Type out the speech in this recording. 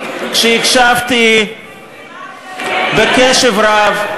כשהקשבתי בקשב רב,